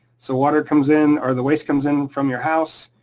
so, water comes in, or the waste comes in from your house.